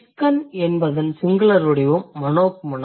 Chicken என்பதன் singular வடிவம் manok manok